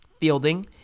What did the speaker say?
fielding